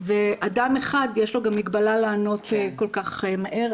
ואדם אחד יש לו גם מגבלה לענות כל כך מהר.